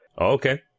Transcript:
Okay